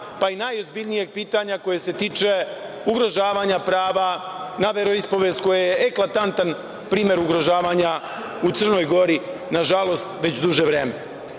pa i najozbiljnijeg pitanja koje se tiče ugrožavanja prava na veroispovest, koje je eklatantan primer ugrožavanja u Crnoj Gori, nažalost već duže vreme. Moje